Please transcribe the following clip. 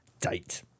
Date